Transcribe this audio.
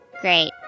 Great